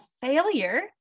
failure